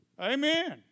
Amen